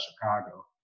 Chicago